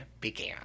began